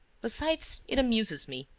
besides, it amuses me.